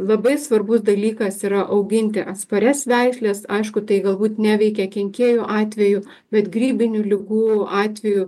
labai svarbus dalykas yra auginti atsparias veisles aišku tai galbūt neveikia kenkėjų atveju bet grybinių ligų atveju